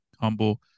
humble